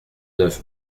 neuf